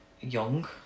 young